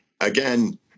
Again